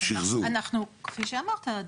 כפי שאמרת,